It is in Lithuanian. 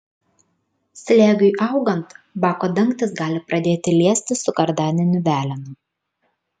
slėgiui augant bako dangtis gali pradėti liestis su kardaniniu velenu